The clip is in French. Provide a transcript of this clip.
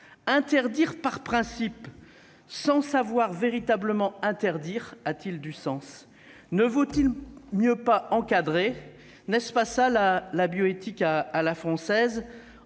Interdire par principe sans savoir véritablement interdire a-t-il du sens ? Ne vaut-il mieux pas encadrer ? N'est-ce pas cela la bioéthique à la française :